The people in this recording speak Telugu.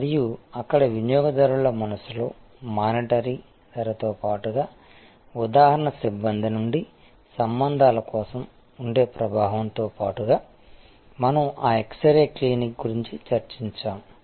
మరియు అక్కడ వినియోగదారుల మనస్సులో మానిటరీ ధరలతో పాటుగా ఉదాహరణ సిబ్బంది నుండి సంబంధాల కోసం ఉండే ప్రభావంతో పాటుగా మనం ఆ ఎక్స్ రే క్లినిక్ గురించి చర్చించాము